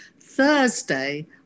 Thursday